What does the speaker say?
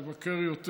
גם לבקר יותר,